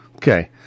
Okay